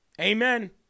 Amen